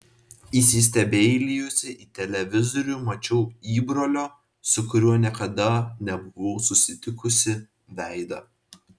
įsistebeilijusi į televizorių mačiau įbrolio su kuriuo niekada nebuvau susitikusi veidą